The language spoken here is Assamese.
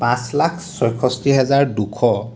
পাঁচ লাখ ছয়সষ্ঠি হেজাৰ দুশ